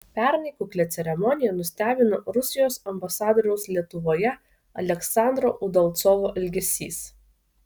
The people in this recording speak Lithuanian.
pernai kuklia ceremonija nustebino rusijos ambasadoriaus lietuvoje aleksandro udalcovo elgesys